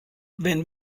wenn